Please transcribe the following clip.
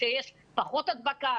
שיש פחות הדבקה,